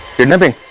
kidnapping